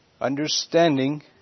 understanding